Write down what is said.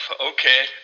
Okay